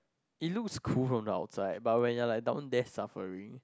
it's looks cool from the outside but when you are like down there suffering